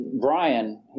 Brian